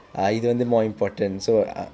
ah இது வந்து:ithu vanthu more important so ah